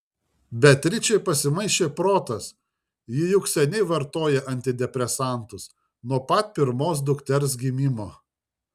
beatričei pasimaišė protas ji juk seniai vartoja antidepresantus nuo pat pirmos dukters gimimo